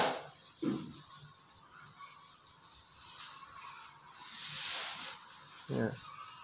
yes